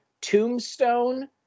Tombstone